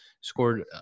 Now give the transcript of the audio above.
scored